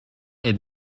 est